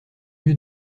lieu